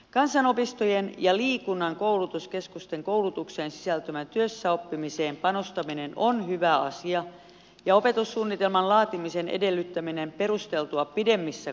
kansanopistojen ja liikunnan koulutuskeskusten koulutukseen sisältyvään työssäoppimiseen panostaminen on hyvä asia ja opetussuunnitelman laatimisen edellyttäminen perusteltua pidemmissä koulutuksissa